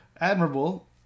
admirable